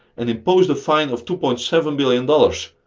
and imposed a fine of two point seven billion dollars.